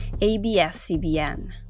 ABS-CBN